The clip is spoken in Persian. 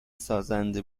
سازنده